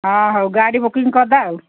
ହଁ ହଉ ଗାଡ଼ି ବୁକିଂ କରିବା ଆଉ